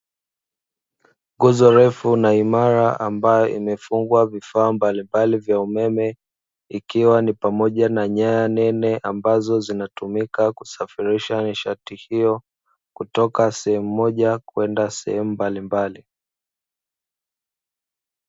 Nguzo refu na imara ambayo imefungwa vifaa mbalimbali vya umeme, ikiwa ni pamoja na nyaya nene ambazo zinatumika kusafirisha nishati hiyo kutoka sehemu moja kwenda sehemu mbalimbali.